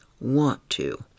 want-to